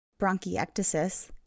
bronchiectasis